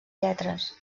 lletres